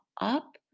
up